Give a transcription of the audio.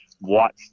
watch